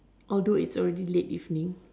although it's already late evening